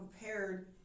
prepared